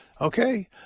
okay